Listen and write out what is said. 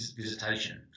visitation